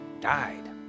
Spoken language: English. died